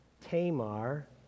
Tamar